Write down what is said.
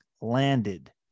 landed